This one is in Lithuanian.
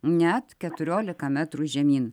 net keturiolika metrų žemyn